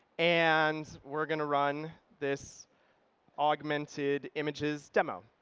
and we're going to run this augmented images demo.